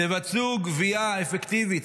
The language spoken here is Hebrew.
תבצעו גבייה אפקטיבית,